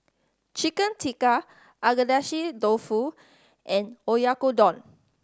Chicken Tikka Agedashi Dofu and Oyakodon